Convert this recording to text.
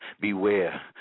Beware